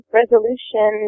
resolution